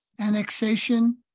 annexation